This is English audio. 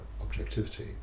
objectivity